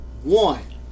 One